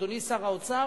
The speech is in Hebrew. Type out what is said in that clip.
אדוני שר האוצר,